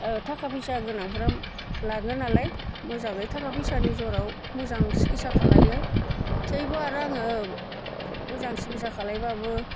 ओ थाखा फैसा गोनांफ्रा लाङोनालाय मोजाङै थाखा फैसानि जराव मोजां सिखिसा खालामो थेवबो आरो आङो मोजां सिखिसा खालामब्लाबो